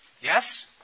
Yes